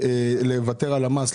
לוותר על המס,